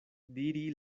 diri